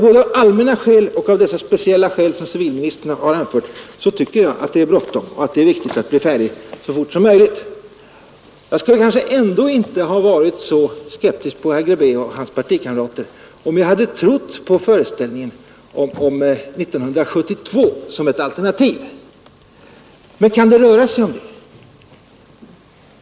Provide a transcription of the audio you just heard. Både av allmänna skäl och av dessa speciella skäl som civilministern har anfört tycker jag att det är viktigt att bli färdig så fort som möjligt. Jag skulle kanske ändå inte ha varit så skeptisk mot herr Grebäck och hans partikamrater, om jag hade trott på föreställningen om 1972 som ett alternativ, men kan det röra sig om det?